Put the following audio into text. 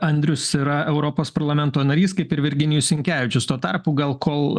andrius yra europos parlamento narys kaip ir virginijus sinkevičius tuo tarpu gal kol